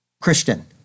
Christian